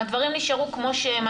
הדברים נשארו כמו שהם,